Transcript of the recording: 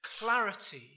clarity